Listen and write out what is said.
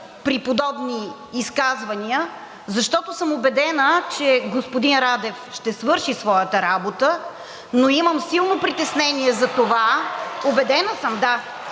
при подобни изказвания, защото съм убедена, че господин Радев ще свърши своята работа, но имам силно притеснение за това… (Шум и